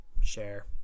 share